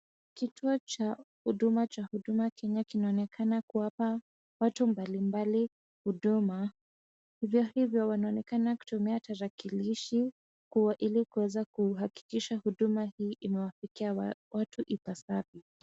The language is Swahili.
Kituo cha huduma cha huduma Kenya kinaonekana kuwapa watu mbalimbali huduma. Hivyo hivyo wanaonekana kutumia tarakilishi, ili kuweza kuhakikisha huduma hii imewafikia watu ipasavyo.